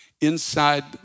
inside